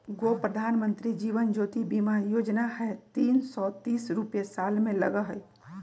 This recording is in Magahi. गो प्रधानमंत्री जीवन ज्योति बीमा योजना है तीन सौ तीस रुपए साल में लगहई?